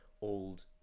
old